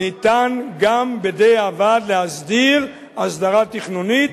אפשר גם בדיעבד להסדיר הסדרה תכנונית,